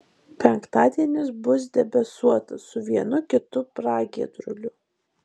penktadienis bus debesuotas su vienu kitu pragiedruliu